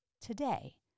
today